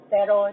Pero